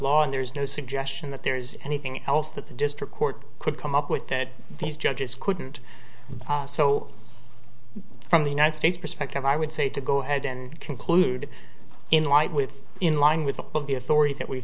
law and there's no suggestion that there's anything else that the district court could come up with that these judges couldn't so from the united states perspective i would say to go ahead and conclude in light with in line with all of the authority that